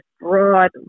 broad